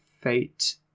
fate